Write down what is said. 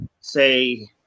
say